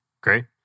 Great